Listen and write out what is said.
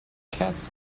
cats